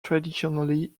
traditionally